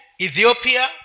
Ethiopia